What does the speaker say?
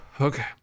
Okay